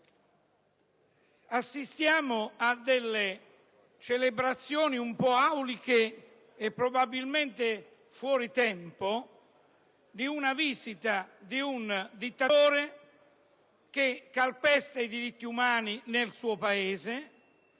Assistiamo a celebrazioni un po' auliche, e probabilmente fuori tempo, della visita di un dittatore che calpesta i diritti umani nel suo Paese